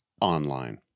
online